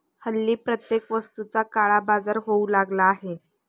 हल्ली प्रत्येक वस्तूचा काळाबाजार होऊ लागला आहे